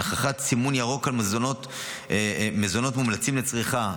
הנכחת סימון ירוק על מזונות מומלצים לצריכה.